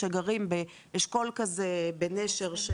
שגרים באשכול כזה בנשר.